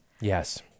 Yes